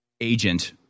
agent